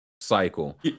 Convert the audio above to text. cycle